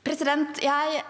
Jeg